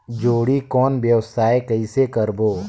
जोणी कौन व्यवसाय कइसे करबो?